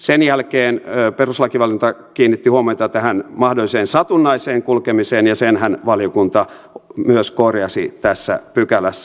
sen jälkeen perustuslakivaliokunta kiinnitti huomiota tähän mahdolliseen satunnaiseen kulkemiseen ja senhän valiokunta myös korjasi tässä pykälässä